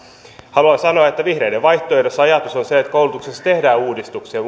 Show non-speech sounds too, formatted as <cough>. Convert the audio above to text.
haluan sanoa että vihreiden vaihtoehdossa ajatus on se että koulutuksessa tehdään uudistuksia <unintelligible>